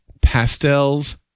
pastels